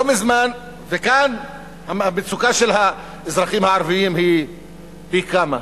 וכאן המצוקה של האזרחים הערבים היא פי כמה.